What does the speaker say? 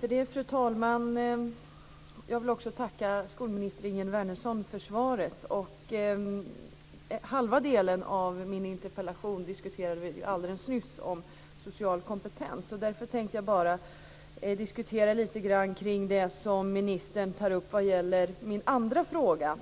Fru talman! Jag vill tacka skolminister Ingegerd Wärnersson. Halva delen av min interpellation, om social kompetens, diskuterade vi ju alldeles nyss. Därför tänkte jag bara diskutera lite grann kring det som ministern tar upp om min andra fråga,